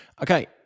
okay